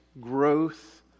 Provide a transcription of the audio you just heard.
growth